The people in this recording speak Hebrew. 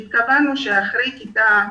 כשהתכוונו לזה שבמיוחד אחרי כיתה ב'